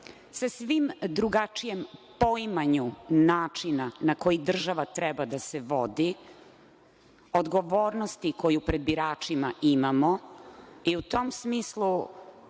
sasvim drugačijem poimanju načina na koji država treba da se vodi, odgovornosti koju pred biračima imamo i u tom smislu,